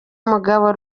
mugabo